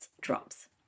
drops